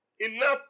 Enough